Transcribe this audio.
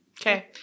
Okay